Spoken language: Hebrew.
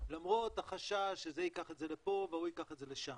למרות החשש שזה ייקח את זה לפה וההוא ייקח את זה לשם,